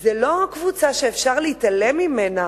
זה לא קבוצה שאפשר להתעלם ממנה,